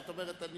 זאת אומרת,